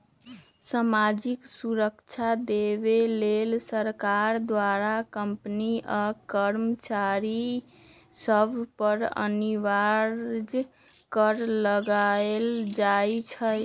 सामाजिक सुरक्षा देबऐ लेल सरकार द्वारा कंपनी आ कर्मचारिय सभ पर अनिवार्ज कर लगायल जाइ छइ